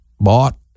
bought